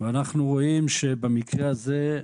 ואנחנו רואים שבמקרה הזה,